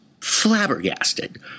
flabbergasted